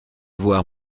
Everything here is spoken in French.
voir